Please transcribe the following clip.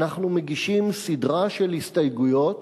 אנחנו מגישים סדרה של הסתייגויות